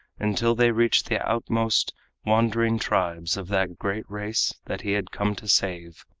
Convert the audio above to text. until they reached the outmost wandering tribes of that great race that he had come to save.